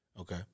Okay